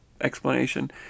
explanation